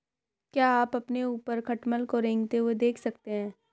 क्या आप अपने ऊपर खटमल को रेंगते हुए देख सकते हैं?